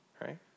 right